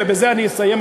ובזה אני אסיים,